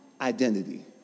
identity